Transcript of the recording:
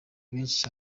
benshi